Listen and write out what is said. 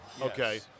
Okay